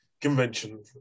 convention